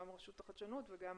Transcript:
גם בכובע של רשות החדשנות וגם